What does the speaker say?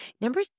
Number